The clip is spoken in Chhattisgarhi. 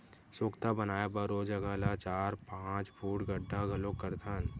सोख्ता बनाए बर ओ जघा ल चार, पाँच फूट गड्ढ़ा घलोक करथन